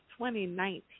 2019